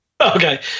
Okay